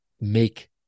make